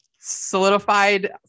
solidified